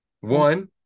one